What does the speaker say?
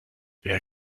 wer